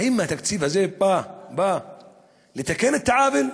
האם התקציב הזה בא לתקן את העוול,